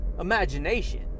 imagination